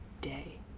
day